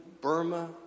Burma